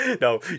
No